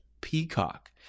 Peacock